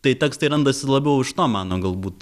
tai tekstai randasi labiau iš to mano galbūt